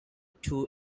two